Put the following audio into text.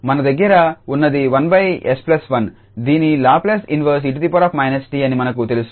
మన దగ్గర ఉన్నది 1𝑠1 దీని లాప్లేస్ ఇన్వర్స్ 𝑒−𝑡 అని మనకు తెలుసు